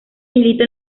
milita